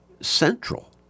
central